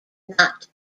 not